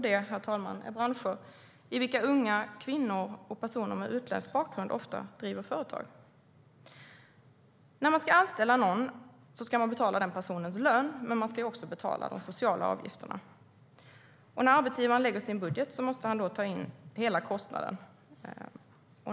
Det, herr talman, är branscher i vilka unga, kvinnor och personer med utländsk bakgrund ofta driver företag. När man anställer någon ska man betala den personens lön, men man ska också betala de sociala avgifterna. När arbetsgivaren lägger sin budget måste han räkna med hela kostnaden.